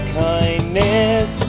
kindness